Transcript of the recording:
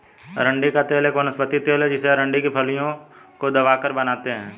अरंडी का तेल एक वनस्पति तेल है जिसे अरंडी की फलियों को दबाकर बनाते है